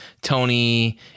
Tony